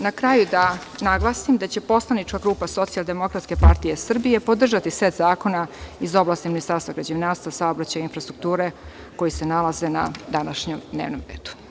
Na kraju da naglasim da će poslanička grupa SDPS podržati set zakona iz oblasti Ministarstva građevinarstva, saobraćaja i infrastrukture koji se nalaze na današnjem dnevnom redu.